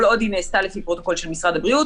כל עוד היא נעשתה לפי פרוטוקול של משרד הבריאות